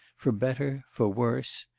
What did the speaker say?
for better, for worse!